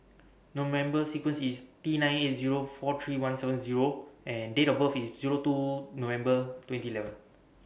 No member sequence IS T nine eight Zero four three one seven Zero and Date of birth IS Zero two November twenty eleven